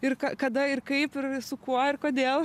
ir kada ir kaip ir su kuo ir kodėl